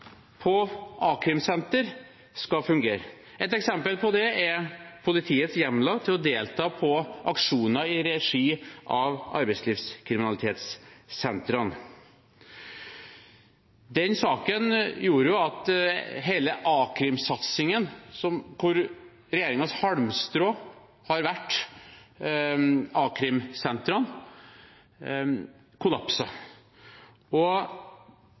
på a-krimsentre skal fungere. Et eksempel på det er politiets hjemler til å delta på aksjoner i regi av arbeidslivskriminalitetssentrene. Den saken gjorde jo at hele a-krimsatsingen, hvor regjeringens halmstrå har vært a-krimsentrene, kollapset. Derfor viser vi også i denne innstillingen til våre forslag og